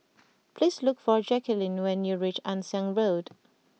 please look for Jacquelyn when you reach Ann Siang Road